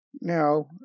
Now